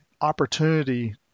opportunity